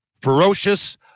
ferocious